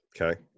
Okay